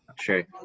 Sure